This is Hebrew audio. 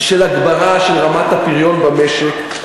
ושל הגברה של רמת הפריון במשק,